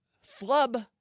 flub